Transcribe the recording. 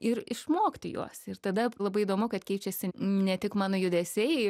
ir išmokti juos ir tada labai įdomu kad keičiasi ne tik mano judesiai